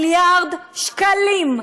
מיליארד שקלים,